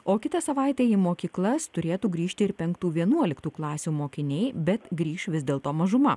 o kitą savaitę į mokyklas turėtų grįžti ir penktų vienuoliktų klasių mokiniai bet grįš vis dėl to mažuma